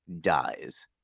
dies